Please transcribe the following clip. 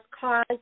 cause